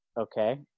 Okay